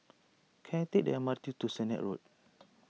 can I take the M R T to Sennett Road